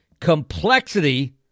Complexity